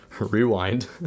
rewind